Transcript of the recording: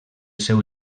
seu